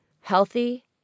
healthy